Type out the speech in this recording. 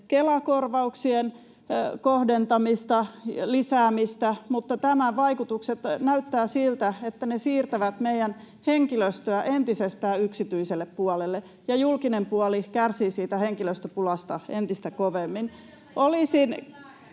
Kela-korvauksien kohdentamista, lisäämistä, mutta tämän vaikutukset näyttävät siltä, että ne siirtävät meidän henkilöstöä entisestään yksityiselle puolelle ja julkinen puoli kärsii henkilöstöpulasta entistä kovemmin.